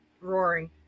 roaring